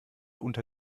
unter